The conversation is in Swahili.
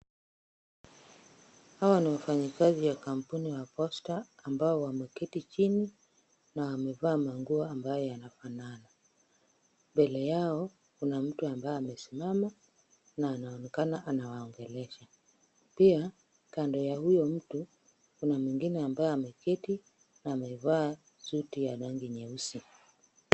Hawa ni wafanyakazi wa kampuni ya Posta ambao wameketi chini, na wamevaa manguo ambayo yanafanana. Mbele yao kuna mtu ambaye amesimama na anaonekana anawaongelesha. Pia kando ya huyo mtu kuna mwingine ambaye amekaa na amevaa suti ya rangi nyeusi.